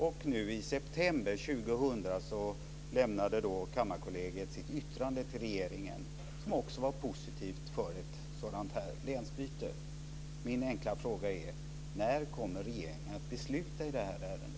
Och i september 2000 lämnade Kammarkollegiet sitt yttrande till regeringen som också var positivt till ett sådant länsbyte. Min enkla fråga är: När kommer regeringen att besluta i detta ärende?